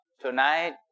tonight